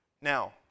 Now